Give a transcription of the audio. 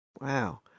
Wow